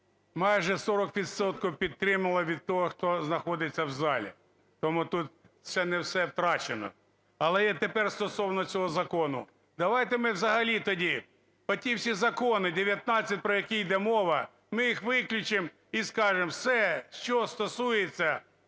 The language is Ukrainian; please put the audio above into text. відсотків підтримали від тих, хто знаходиться в залі, тому тут ще не все втрачено. Але я тепер стосовно цього закону, давайте ми взагалі тоді оті всі закони 19, про які іде мова, ми їх виключимо і скажемо: все, що стосується